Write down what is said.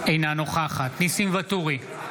אינה נוכחת ניסים ואטורי,